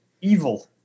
evil